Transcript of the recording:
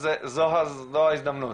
אז זו ההזדמנות.